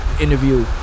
interview